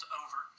over